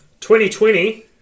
2020